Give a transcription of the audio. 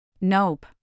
Nope